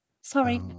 Sorry